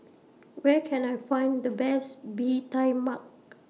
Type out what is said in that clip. Where Can I Find The Best Bee Tai Mak